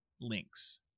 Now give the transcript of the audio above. links